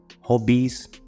hobbies